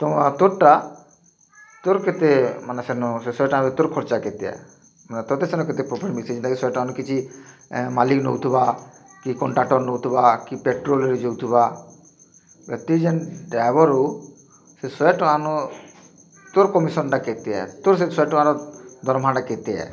ତୋର୍ଟା ତୋର୍ କେତେ ମାନେ ସେଦିନ୍ ଶହେଟଙ୍କା ଭିତରୁ ତୁମର ଖର୍ଚ୍ଚା କେତେ ତତେ କେତେ ପ୍ରଫିଟ୍ ମିଳୁଚି ମାଲିକ୍ ନଉଥିବା ଏ କଣ୍ଡକ୍ଟର୍ ନଉଥିବା କି ପେଟ୍ରୋଲ୍ ହେଉଥିବା ଯେନ୍ ଡ୍ରାଇଭର୍ରୁ ଶହେ ଟଙ୍କାନୁ ତୋର୍ କମିଶନ୍ଟା କେତେ ଶହେଟଙ୍କାରୁ ତୋର୍ ଦର୍ମାଟା କେତେ